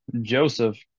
Joseph